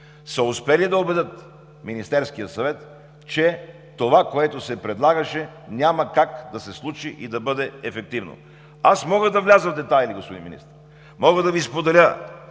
са успели да убедят Министерския съвет, че това, което се предлагаше, няма как да се случи и да бъде ефективно. Аз мога да вляза в детайли, господин Министър, мога да Ви споделя